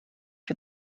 for